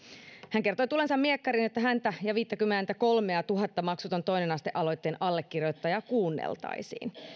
hän kertoi tulleensa miekkariin jotta häntä ja viittäkymmentäkolmeatuhatta maksuton toinen aste aloitteen allekirjoittajaa kuunneltaisiin siis